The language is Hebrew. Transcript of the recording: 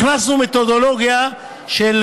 הכנסנו מתודולוגיה של